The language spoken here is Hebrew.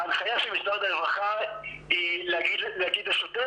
ההנחיה של משרד הרווחה היא להגיד לשוטר,